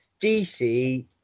DC